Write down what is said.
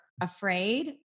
afraid